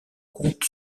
compte